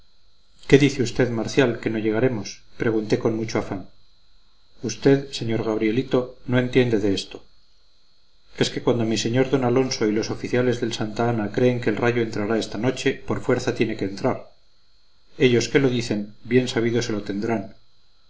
qué dice usted marcial que no llegaremos pregunté con mucho afán usted sr gabrielito no entiende de esto es que cuando mi señor d alonso y los oficiales del santa ana creen que el rayo entrará esta noche por fuerza tiene que entrar ellos que lo dicen bien sabido se lo tendrán